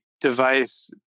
device